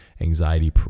anxiety